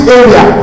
area